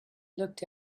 looked